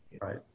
right